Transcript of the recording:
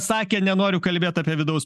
sakė nenoriu kalbėti apie vidaus